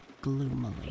gloomily